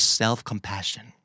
self-compassion